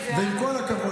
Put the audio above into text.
עם כל הכבוד,